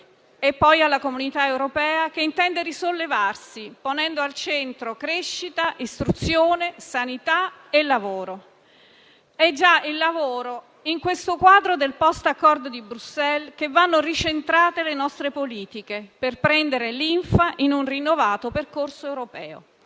e poi alla Comunità europea, che intende risollevarsi, ponendo al centro crescita, istruzione, sanità e lavoro. Eh già, il lavoro: è nel quadro del *post* Accordo di Bruxelles che vanno ricentrate le nostre politiche, per prendere linfa in un rinnovato percorso europeo.